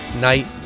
night